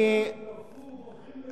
אני, בינתיים, בורחים לכאן.